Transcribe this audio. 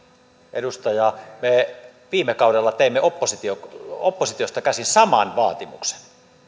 edustaja me viime kaudella teimme oppositiosta käsin saman vaatimuksen